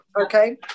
okay